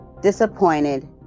disappointed